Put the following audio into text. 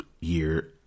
year